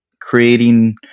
creating